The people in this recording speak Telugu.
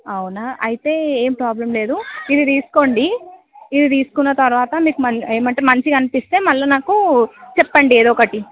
అవునా అయితే ఏం ప్రాబ్లం లేదు ఇది తీసుకోండి ఇది తీసుకున్న తర్వాత మీకు మం ఏమంటే మంచిగా అనిపిస్తే మళ్ళీ నాకు చెప్పండి ఏదో ఒకటి